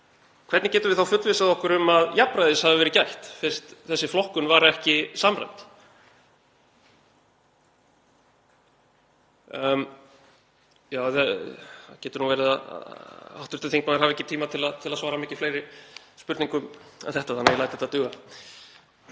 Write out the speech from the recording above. Hvernig getum við þá fullvissað okkur um að jafnræðis hafi verið gætt fyrst þessi flokkun var ekki samræmd? Það getur verið að hv. þingmaður hafi ekki tíma til að svara miklu fleiri spurningum en þetta þannig að ég læt þetta duga.